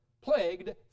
plagued